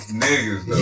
niggas